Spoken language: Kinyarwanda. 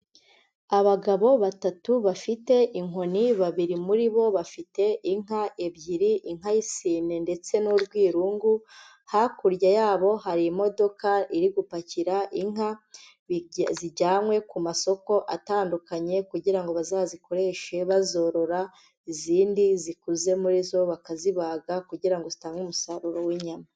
Abagabo batatu bafite inkoni, babiri muri bo bafite inka ebyiri; inka y'isine ndetse n'urwirungu, hakurya yabo hari imodoka iri gupakira inka zijyanywe ku masoko atandukanye kugira ngo bazazikoreshe bazorora, izindi zikuze muri zo bakazibaga kugira ngo zitange umusaruro w'inyama.